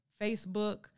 Facebook